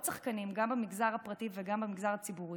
שחקנים גם במגזר הפרטי וגם במגזר הציבורי.